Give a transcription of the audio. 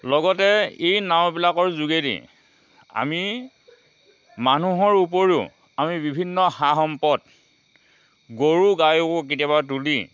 লগতে এই নাওবিলাকৰ যোগেদি আমি মানুহৰ উপৰিও আমি বিভিন্ন সা সম্পদ গৰু গায়ো কেতিয়াবা তুলি